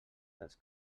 dels